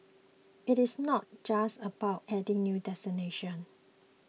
it is not just about adding new destinations